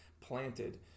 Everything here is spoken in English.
planted